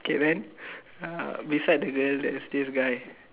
okay then uh beside the girl there's this guy